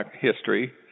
history